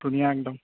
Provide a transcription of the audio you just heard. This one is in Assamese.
ধুনীয়া একদম